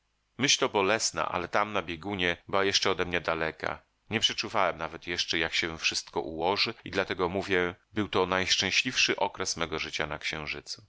myśl to bolesna ale tam na biegunie była jeszcze odemnie daleka nie przeczuwałem nawet jeszcze jak się wszystko ułoży i dlatego mówię był to najszczęśliwszy okres mego życia na księżycu